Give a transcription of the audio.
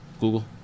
Google